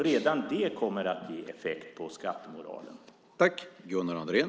Redan det kommer att ge effekt på skattemoralen.